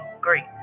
great